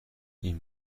این